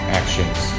actions